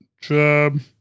job